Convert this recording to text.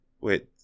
Wait